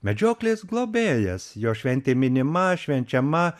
medžioklės globėjas jo šventė minima švenčiama